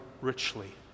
richly